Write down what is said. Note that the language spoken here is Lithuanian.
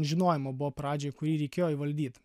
žinojimo buvo pradžioj kurį reikėjo įvaldyt